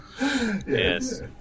Yes